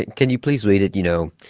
and can you please read it, you know,